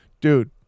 Dude